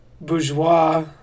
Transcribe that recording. bourgeois